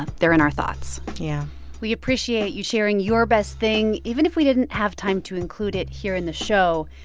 they're in our thoughts yeah we appreciate you sharing your best thing. even if we didn't have time to include it here in the show,